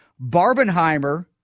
Barbenheimer